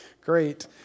Great